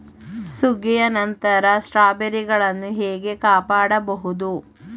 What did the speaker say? ಸುಗ್ಗಿಯ ನಂತರ ಸ್ಟ್ರಾಬೆರಿಗಳನ್ನು ಹೇಗೆ ಕಾಪಾಡ ಬಹುದು?